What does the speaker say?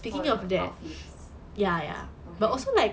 for your outfits okay